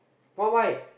what why